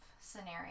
scenario